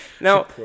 now